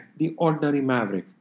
theordinarymaverick